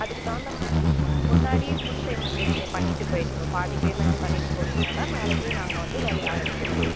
அதுக்குத் தகுந்த மாதிரி முன்னாடி முன் பேமெண்ட் நீங்கள் பண்ணிவிட்டு போயிடணும் பாதி பேமெண்ட் பண்ணிவிட்டு போனீங்கன்னால்தான் நாளைக்கே நாங்கள் வந்து வேலையை ஆரம்பிக்க முடியும்